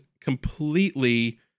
completely